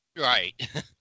right